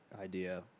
idea